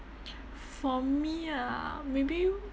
for me ah maybe